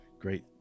great